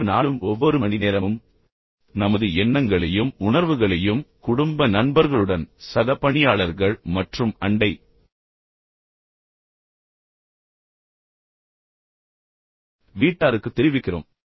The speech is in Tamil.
ஒவ்வொரு நாளும் ஒவ்வொரு மணி நேரமும் நமது எண்ணங்களையும் உணர்வுகளையும் குடும்ப நண்பர்களுடன் சக பணியாளர்கள் மற்றும் அண்டை வீட்டாருக்குத் தெரிவிக்கிறோம்